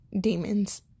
demons